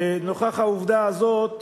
ונוכח העבודה הזאת,